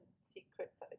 secrets